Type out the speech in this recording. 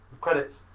Credits